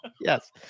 Yes